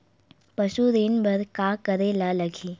पशु ऋण बर का करे ला लगही?